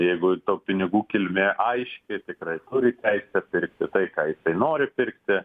jeigu tų pinigų kilmė aiški ir tikrai turi teisę pirkti tai ką jisai nori pirkti